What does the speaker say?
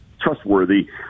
trustworthy